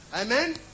Amen